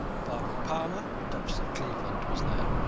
barbara palmer, duchess of cleveland, was there,